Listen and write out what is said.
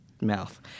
mouth